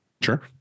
Sure